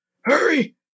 hurry